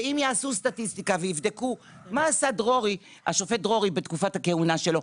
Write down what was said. ואם יעשו סטטיסטיקה ויבדקו מה עשה השופט דרורי בתקופת הכהונה שלו,